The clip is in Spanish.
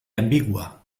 ambigua